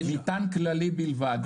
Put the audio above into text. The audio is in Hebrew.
מטען כללי בלבד.